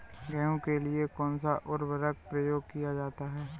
गेहूँ के लिए कौनसा उर्वरक प्रयोग किया जाता है?